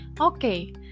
Okay